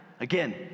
again